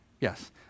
Yes